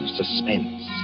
suspense